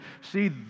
see